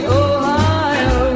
ohio